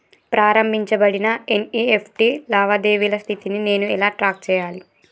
ప్రారంభించబడిన ఎన్.ఇ.ఎఫ్.టి లావాదేవీల స్థితిని నేను ఎలా ట్రాక్ చేయాలి?